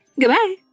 Goodbye